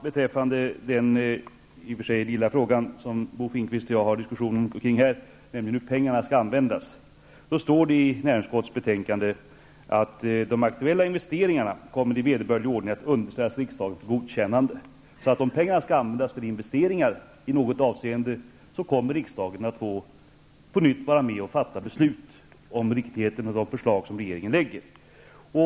Beträffande den i och för sig lilla fråga som Bo Finnkvist och jag har diskussion kring här, nämligen hur pengarna skall användas, står det i näringsutskottets betänkande att de aktuella investeringarna i vederbörlig ordning kommer att underställas riksdagens godkännande. Om pengarna alltså kommer att användas till investeringar i något avseende, kommer riksdagen att på nytt få vara med och ta ställning till riktigheten i de förslag som regeringen lägger fram.